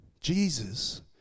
Jesus